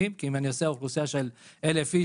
כי אם אני עושה אוכלוסייה של 1,000 איש